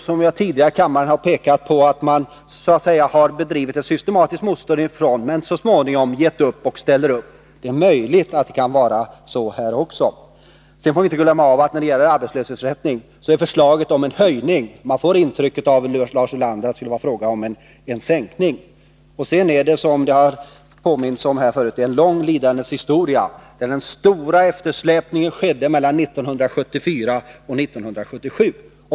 Som jag tidigare i kammaren har pekat på har man så att säga bedrivit ett systematiskt motstånd, men så småningom gett upp och ställt sig bakom förslagen. Det är möjligt att det kan vara så nu också. Vi får inte glömma att förslaget rörande arbetslöshetsersättningen gäller en höjning. Man får intrycket av Lars Ulanders yttrande att det skulle röra sig om en sänkning. Det är en lång lidandets historia som det har påmints om här förut. Den stora eftersläpningen skedde mellan 1974 och 1977.